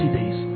days